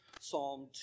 Psalm